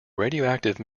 radioactive